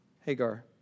Hagar